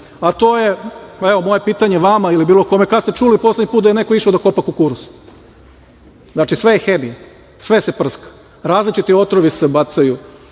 a to je, evo, moje pitanje vama ili bilo kome – kada ste čuli poslednji put da je neko išao da kopa kukuruz? Znači, sve je hemija, sve se prska. Različiti otrovi se bacaju